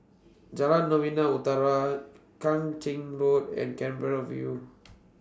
Jalan Novena Utara Kang Ching Road and Canberra View